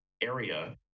area